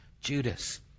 Judas